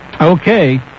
Okay